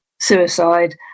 suicide